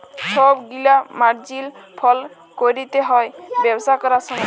ছব গিলা মার্জিল ফল ক্যরতে হ্যয় ব্যবসা ক্যরার সময়